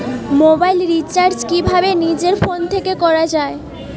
Mobile recharge কিভাবে নিজের phone থেকে করা য়ায়?